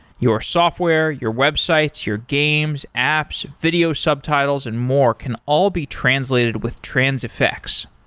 your software, your websites, your games, apps, video subtitles and more can all be translated with transifex.